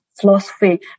philosophy